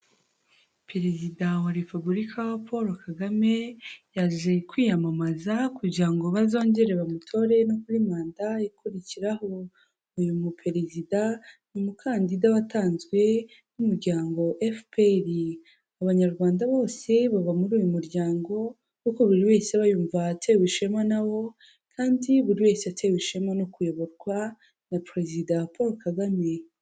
Perezida wa repubulika Paul Kagame, yaje kwiyamamaza kugira ngo bazongere bamutore, no kuri manda ikurikiraho, uyu mu perezida, ni umukandida watanzwe n'umuryango FPR, abanyarwanda bose baba muri uyu muryango, kuko buri wese abayumva ahatewe ishema na bo, kandi buri wese atewe ishema no kuyoborwa na perezida Paul Kagame.